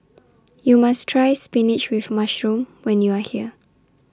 YOU must Try Spinach with Mushroom when YOU Are here